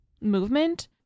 movement